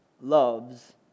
loves